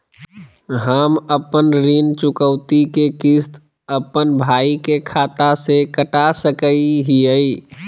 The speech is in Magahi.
हम अपन ऋण चुकौती के किस्त, अपन भाई के खाता से कटा सकई हियई?